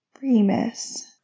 Remus